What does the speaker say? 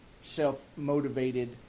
self-motivated